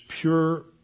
pure